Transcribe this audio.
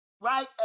right